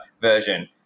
version